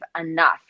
enough